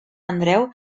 andreu